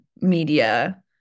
media